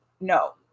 no